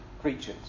creatures